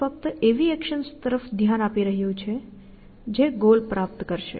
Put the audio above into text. તે ફક્ત તેવી એક્શન્સ તરફ ધ્યાન આપી રહ્યું છે જે ગોલ પ્રાપ્ત કરશે